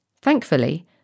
Thankfully